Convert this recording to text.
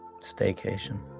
Staycation